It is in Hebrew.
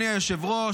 אדוני היושב-ראש,